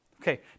Okay